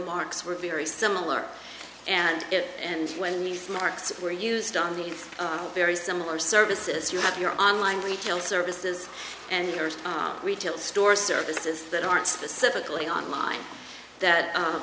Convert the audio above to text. marks were very similar and if and when these marks were used on the very similar services you have your online retail services and your retail store services that aren't specifically on line that